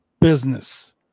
business